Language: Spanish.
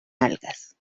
algas